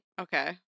Okay